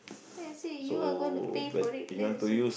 then I say you are gonna pay for it then I say